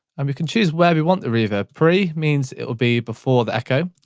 um we can choose wherever we want the reverb. pre means it will be before the echo,